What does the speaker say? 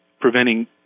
preventing